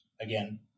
again